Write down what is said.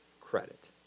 credit